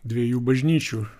dviejų bažnyčių